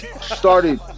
started